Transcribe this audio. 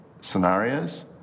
scenarios